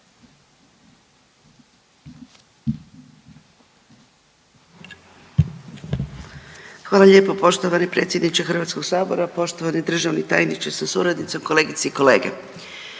Hvala lijepo poštovani potpredsjedniče Hrvatskog sabora. Poštovani državni tajniče sa suradnicom, kolegice i kolege,